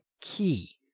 key